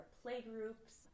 playgroups